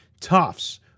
Tufts